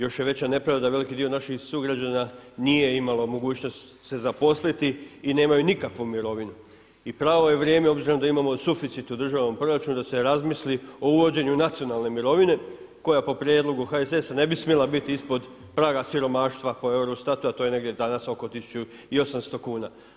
Još je veća nepravda, veliki dio naših sugrađana nije imalo mogućnost se zaposliti i nemaju nikakvu mirovinu i pravo je vrijeme, obzirom da imamo suficit u državnom proračunu da se razmisli o uvođenju nacionalne mirovine koja po prijedlogu HSS-a ne bi smjela biti ispod praga siromaštva po Eurostatu, a to je negdje danas oko 1800 kuna.